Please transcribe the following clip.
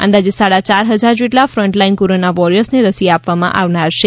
અંદાજે સાડા યાર હજાર જેટલા ફ્રન્ટ લાઈન કોરોના વોરીયર્સને રસી આપવામાં આવનાર છે